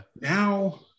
now